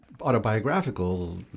autobiographical